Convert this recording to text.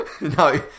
No